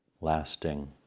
lasting